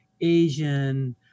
Asian